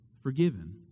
forgiven